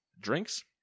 drinks